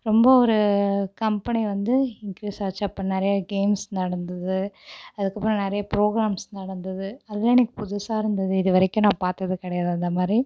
ரொம்ப ஒரு கம்பெனி வந்து இன்க்ரீஸ் ஆச்சு அப்போ நிறையா கேம்ஸ் நடந்தது அதுக்கப்புறம் நிறைய புரோக்ராம்ஸ் நடந்தது அதலாம் எனக்கு புதுசாக இருந்தது இதுவரைக்கும் நான் பார்த்தது கிடையாது அந்தமாதிரி